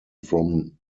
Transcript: from